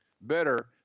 better